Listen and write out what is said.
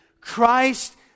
christ